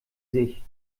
sich